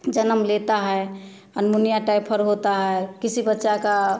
जन्म लेता है अलमुनिया टाइफर होता है किसी बच्चा का